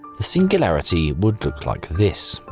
the singularity would look like this.